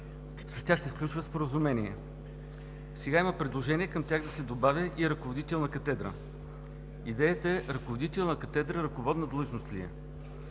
С тях се сключва споразумение. Сега има предложение към тях да се добави и ръководител на катедра. Въпросът е: ръководителят на катедра ръководна длъжност ли е?